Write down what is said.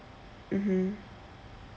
mmhmm